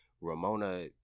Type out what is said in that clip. Ramona